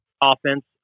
offense